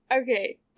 Okay